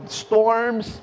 storms